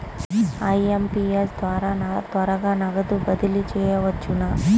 IMPS ద్వారా త్వరగా నగదు బదిలీ చేయవచ్చునా?